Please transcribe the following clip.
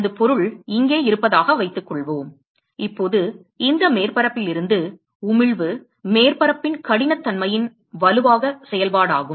எனது பொருள் இங்கே இருப்பதாக வைத்துக்கொள்வோம் இப்போது இந்த மேற்பரப்பில் இருந்து உமிழ்வு மேற்பரப்பின் கடினத்தன்மையின் வலுவான செயல்பாடாகும்